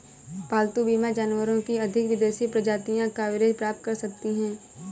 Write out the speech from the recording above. पालतू बीमा जानवरों की अधिक विदेशी प्रजातियां कवरेज प्राप्त कर सकती हैं